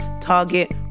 Target